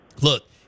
Look